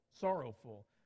sorrowful